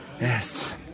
Yes